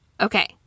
Okay